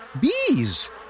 Bees